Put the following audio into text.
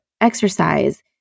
exercise